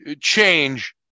change